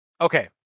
Okay